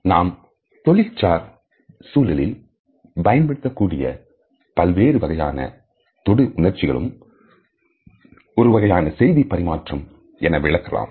நாம் தொழில்சார் சூழலில் பயன்படுத்தக்கூடிய பல்வேறு வகையான தொடு உணர்ச்சிகளும்ஒருவகையான செய்தி பரிமாற்றம் என விளக்கலாம்